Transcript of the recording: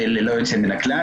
ללא יוצא מן הכלל.